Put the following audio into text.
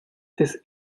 this